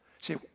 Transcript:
See